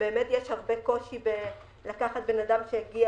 באמת יש הרבה קושי לקחת בן אדם שהגיע